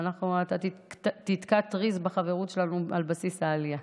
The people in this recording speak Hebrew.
אתה תתקע טריז בחברות שלנו על בסיס העלייה.